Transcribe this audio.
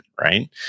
right